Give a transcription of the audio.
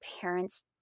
parents